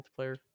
multiplayer